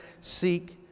seek